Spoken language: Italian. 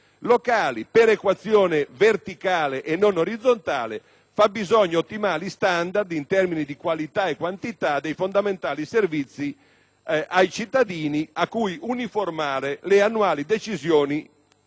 locali, perequazione verticale e non orizzontale, fabbisogni ottimali standard, in termini di qualità e quantità, dei fondamentali servizi ai cittadini a cui uniformare le annuali decisioni